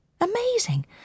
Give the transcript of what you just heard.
Amazing